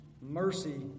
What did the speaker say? Mercy